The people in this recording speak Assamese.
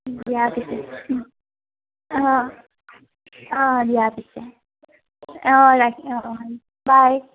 দিয়া পিছে অঁ অঁ দিয়া পিছে অঁ ৰাখি অঁ বাই